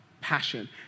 passion